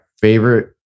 favorite